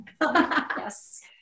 Yes